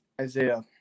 Isaiah